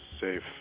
safe